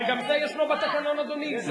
אה, גם זה ישנו בתקנון, אדוני?